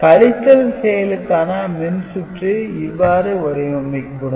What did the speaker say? கழித்தல் செயலுக்கான மின்சுற்று இவ்வாறு வடிவமைக்கப்படும்